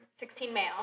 16-male